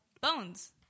Bones